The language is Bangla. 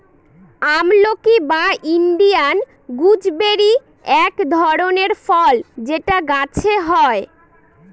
আমলকি বা ইন্ডিয়ান গুজবেরি এক ধরনের ফল যেটা গাছে হয়